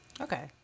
Okay